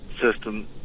system